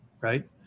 right